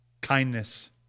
kindness